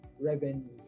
revenues